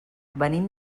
venim